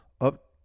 up